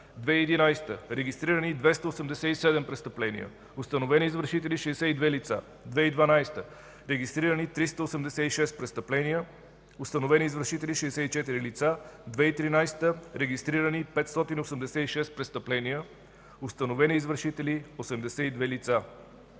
2011 г. регистрирани – 287 престъпления, установени извършители – 62 лица; - 2012 г. регистрирани – 386 престъпления, установени извършители – 64 лица; - 2013 г. регистрирани – 586 престъпления, установени извършители – 82 лица.